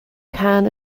caan